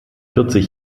vierzig